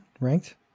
ranked